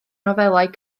nofelau